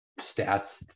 stats